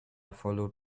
followed